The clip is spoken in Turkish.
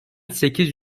sekiz